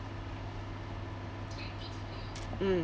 mm